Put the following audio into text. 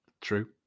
True